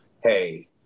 hey